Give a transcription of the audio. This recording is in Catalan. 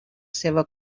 seva